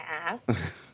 ask